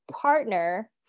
partner